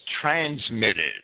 transmitted